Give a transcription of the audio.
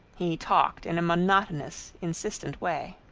he talked in a monotonous, insistent way.